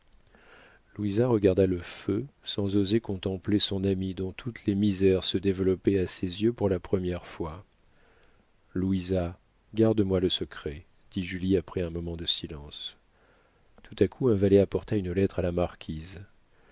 regarda le feu sans oser contempler son amie dont toutes les misères se développaient à ses yeux pour la première fois louisa garde-moi le secret dit julie après un moment de silence tout à coup un valet apporta une lettre à la marquise